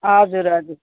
हजुर हजुर